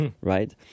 Right